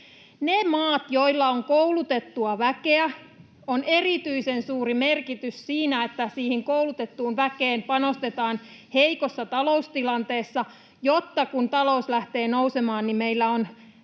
mailla, joilla on koulutettua väkeä, on erityisen suuri merkitys siinä, että siihen koulutettuun väkeen panostetaan heikossa taloustilanteessa, jotta kun talous lähtee nousemaan, niin meillä on